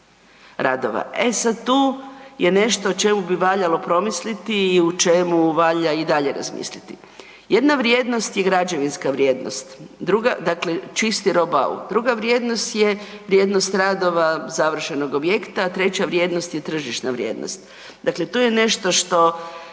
E sad tu je nešto o čemu bi valjalo promisliti i o čemu valja i dalje razmisliti. Jedna vrijednost je građevinska vrijednost, druga, dakle čisti roh bau, duga vrijednost je vrijednost radova završenog objekta, 3. vrijednost je tržišna vrijednost. Dakle, to je nešto što